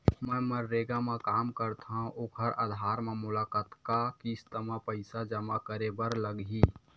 मैं मनरेगा म काम करथव, ओखर आधार म मोला कतना किस्त म पईसा जमा करे बर लगही?